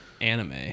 anime